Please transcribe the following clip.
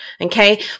Okay